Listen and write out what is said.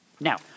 Now